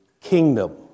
kingdom